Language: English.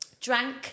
drank